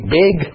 big